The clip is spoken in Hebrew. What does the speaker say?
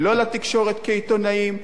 לא לתקשורת כעיתונאים,